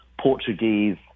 Portuguese